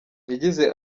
yagize